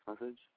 message